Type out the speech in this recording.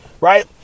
right